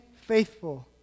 faithful